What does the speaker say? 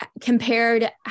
compared